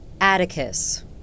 Atticus